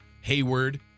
Hayward